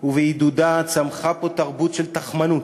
ובעידודה צמחה פה תרבות של תכמנות,